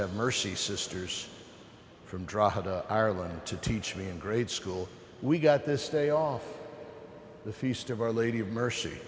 have mercy sisters from dr ireland to teach me in grade school we got this day off the feast of our lady of mercy